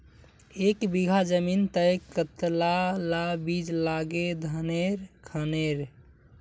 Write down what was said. एक बीघा जमीन तय कतला ला बीज लागे धानेर खानेर?